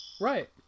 Right